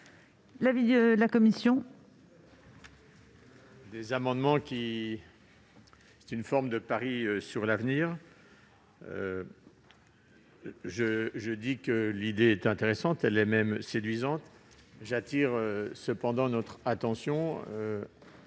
l'avis de la commission ?